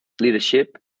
leadership